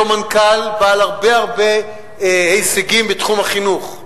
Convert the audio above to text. מנכ"ל בעל הרבה הרבה הישגים בתחום החינוך.